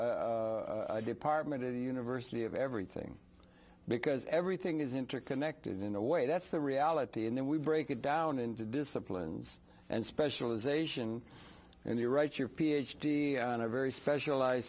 department of the university of everything because everything is interconnected in a way that's the reality and then we break it down into disciplines and specialization and you write your ph d on a very specialized